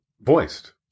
voiced